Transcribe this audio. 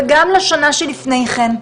וגם לשנה שלפני כן,